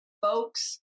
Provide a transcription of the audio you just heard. folks